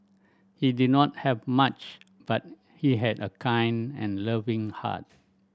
he did not have much but he had a kind and loving heart